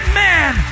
man